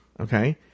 okay